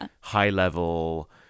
high-level